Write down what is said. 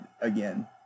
again